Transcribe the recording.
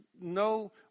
no